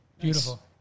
Beautiful